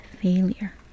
failure